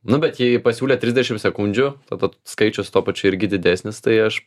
nu bet jei pasiūlė trisdešimt sekundžių tada skaičius tuo pačiu irgi didesnis tai aš